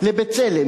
ל"בצלם",